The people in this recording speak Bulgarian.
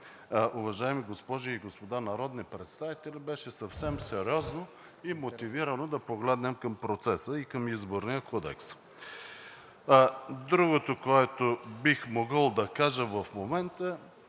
уважаеми госпожи и господа народни представители, беше съвсем сериозно и мотивирано да погледнем към процеса и към Изборния кодекс. Другото, което бих могъл да кажа в момента,